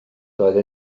doedd